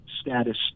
status